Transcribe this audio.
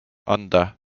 anda